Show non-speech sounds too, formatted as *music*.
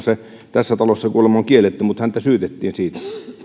*unintelligible* se tässä talossa kuulemma on kielletty mutta häntä syytettiin siitä